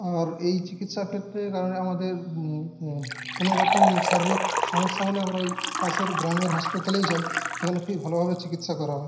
আর এই চিকিৎসার ক্ষেত্রে কারণ আমাদের কোনওরকম শারীরিক সমস্যা হলে আমরা ওই পাশের গ্রামের হাসপাতালেই যাই সেখানে খুবই ভালোভাবে চিকিৎসা করা হয়